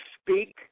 speak